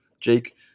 Jake